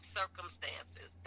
circumstances